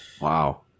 Wow